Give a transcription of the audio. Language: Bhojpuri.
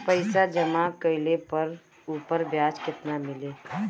पइसा जमा कइले पर ऊपर ब्याज केतना मिली?